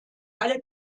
alle